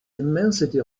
immensity